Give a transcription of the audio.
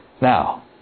Now